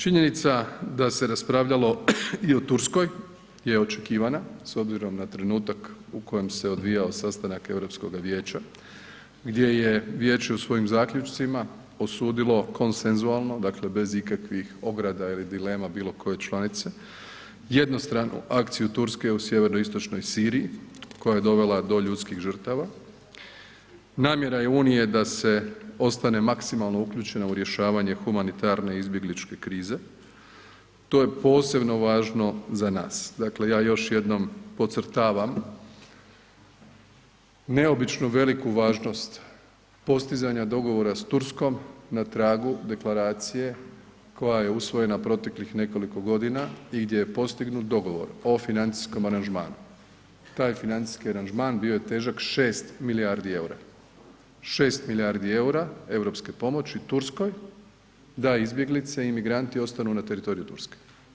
Činjenica da se raspravljalo i o Turskoj je očekivana s obzirom na trenutak u kojem se odvijao sastanak Europskoga Vijeća gdje je vijeće u svojim zaključcima osudilo konsenzualno, dakle bez ikakvih ograda ili dilema bilo koje članice, jednostranu akciju Turske u sjeveroistočnoj Siriji koja je dovela do ljudskih žrtava, namjera je Unije da se ostane maksimalno uključena u rješavanje humanitarne izbjegličke krize, to je posebno važno za nas, dakle ja još jednom podcrtavam neobično veliku važnost postizanja dogovora s Turskom na tragu Deklaracije koja je usvojena proteklih nekoliko godina i gdje je postignut dogovor o financijskom aranžmanu, taj financijski aranžman bio je težak 6 milijardi EUR-a, 6 milijardi EUR-a europske pomoći Turskoj da izbjeglice i imigranti ostanu na teritoriju Turske.